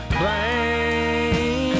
blame